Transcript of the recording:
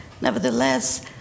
nevertheless